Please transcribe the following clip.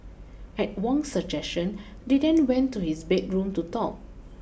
at Wong's suggestion they then went to his bedroom to talk